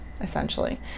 essentially